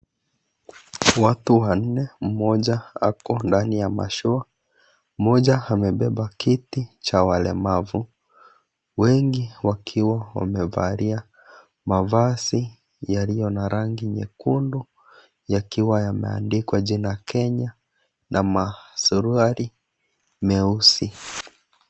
Watu wanne mmoja ako ndani ya mashua. Moja amebeba kiti cha walemavu. Wengi wakiwa wamevalia mavazi yaliyo na rangi nyekundu yakiwa yameandikwa jina Kenya na masuruali meusi.